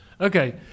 Okay